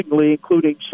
including